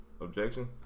Objection